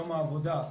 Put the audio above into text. יום העבודה,